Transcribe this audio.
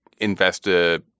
investor